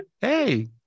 Hey